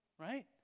right